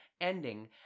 ending